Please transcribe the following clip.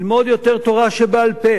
ללמוד יותר תורה שבעל-פה,